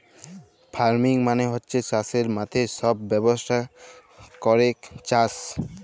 farming মালে হচ্যে চাসের মাঠে সব ব্যবস্থা ক্যরেক চাস